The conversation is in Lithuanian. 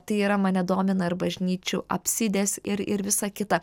tai yra mane domina ir bažnyčių apsidės ir ir visa kita